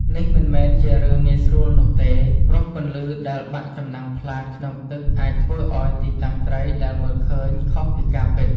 នេះមិនមែនជារឿងងាយស្រួលនោះទេ ព្រោះពន្លឺដែលបាក់ចំណាំងផ្លាតក្នុងទឹកអាចធ្វើឲ្យទីតាំងត្រីដែលមើលឃើញខុសពីការពិត។